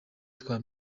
twa